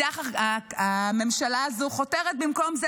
במקום זה,